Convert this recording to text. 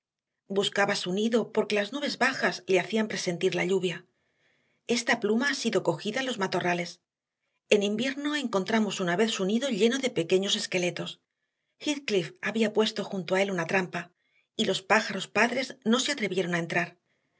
su nido porque las nubes bajas le hacían presentir la lluvia esta pluma ha sido cogida en los matorrales en invierno encontramos una vez su nido lleno de pequeños esqueletos heathcliff había puesto junto a él una trampa y los pájaros padres no se atrevieron a entrar